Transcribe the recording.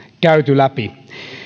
käyty läpi